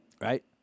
Right